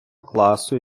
класу